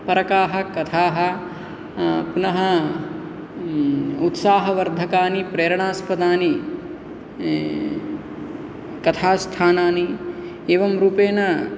परकाः कथाः पुनः उत्साहवर्धकानि प्रेरणास्पदानि कथास्थानानि एवं रूपेण